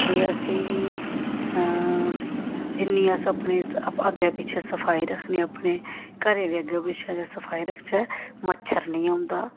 जे असेंगी जिन्नी अस अपने अग्गें पिच्छें सफाई रक्खने आं अपने घरै दे अग्गें पिच्छें सफाई रखचै मच्छर निं औंदा